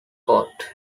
court